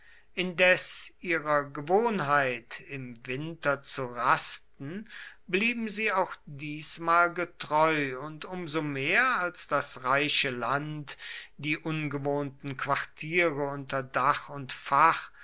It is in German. indes ihrer gewohnheit im winter zu rasten blieben sie auch diesmal getreu und um so mehr als das reiche land die ungewohnten quartiere unter dach und fach